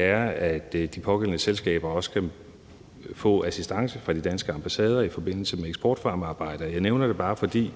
er, at de pågældende selskaber også kan få assistance fra de danske ambassader i forbindelse med eksportfremmearbejde. Jeg nævner det bare, fordi